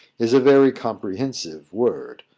is a very comprehensive word,